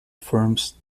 firms